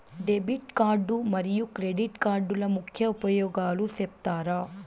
Debit card మరియు credit కార్డుల ముఖ్య ఉపయోగాలు సెప్తారా?